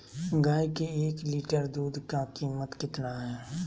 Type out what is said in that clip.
गाय के एक लीटर दूध का कीमत कितना है?